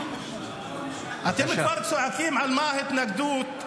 אתם כבר צועקים: על מה התנגדות?